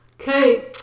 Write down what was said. okay